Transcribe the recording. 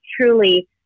truly